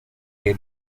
que